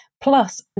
Plus